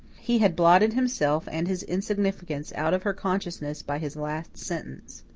he had blotted himself and his insignificance out of her consciousness by his last sentence.